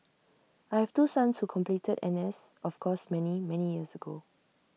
I have two sons who completed N S of course many many years ago